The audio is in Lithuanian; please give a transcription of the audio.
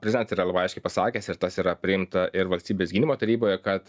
prezent yra labai aiškiai pasakęs ir tas yra priimta ir valstybės gynimo taryboje kad